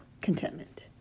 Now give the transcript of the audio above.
contentment